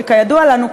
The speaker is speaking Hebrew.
שכידוע לנו,